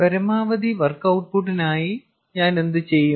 പരമാവധി വർക്ക് ഔട്ട്പുട്ടിനായി ഞാൻ എന്തുചെയ്യും